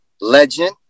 Legend